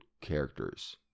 characters